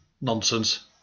Nonsense